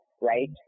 Right